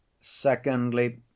Secondly